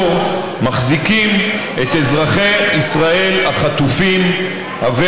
בעוקץ האזרחים הוותיקים שלנו שעליה אנחנו עמלים בימים